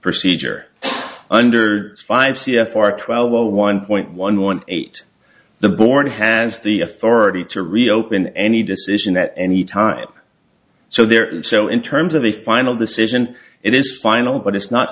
procedure under five c f r twelve zero one point one one eight the board has the authority to reopen any decision at any time so there is so in terms of the final decision it is final but it's not